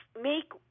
make